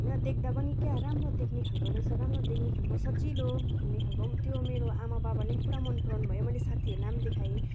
होइन देख्दा पनि क्या राम्रो देख्ने खाले रहेछ राम्रो देख्ने खाले सजिलो हिँड्ने खाले त्यो मेरो आमा बाबाले पुरा मन पराउनु भयो मैले साथीहरूलाई देखाएँ